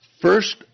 First